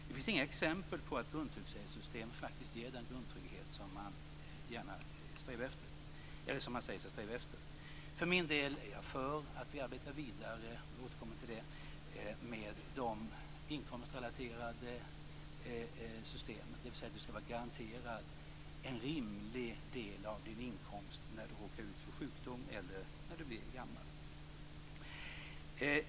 Det finns inga exempel på att grundtrygghetssystemen faktiskt ger den grundtrygghet som man säger sig sträva efter. För min del är jag för att vi arbetar vidare - jag återkommer till det - med de inkomstrelaterade systemen, dvs. att du skall vara garanterad en rimlig del av din inkomst när du råkar ut för sjukdom eller när du blir gammal.